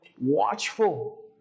watchful